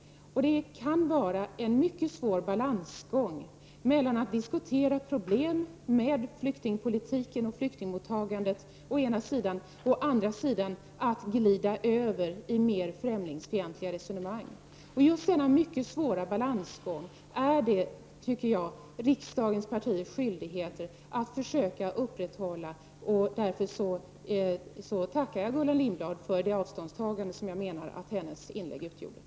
Det kan vara en mycket svår balansgång mellan att å ena sidan diskutera problem med flyktingpolitiken och flyktingmottagandet och att å andra sidan glida över i mer främlingsfientliga resonemang. Just denna mycket svåra balansgång är det, tycker jag, riksdagens partiers skyldighet att försöka upprätthålla. Därför tackar jag Gullan Lindblad för det avståndstagande som jag menar att hennes inlägg utgjorde.